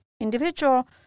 individual